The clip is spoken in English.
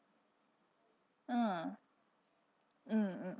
ah mm mm